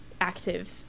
active